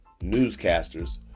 newscasters